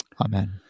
Amen